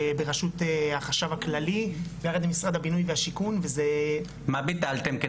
שברשות החשב הכללי ויחד עם משרד הבינוי והשיכון וזה -- מה ביטלתם,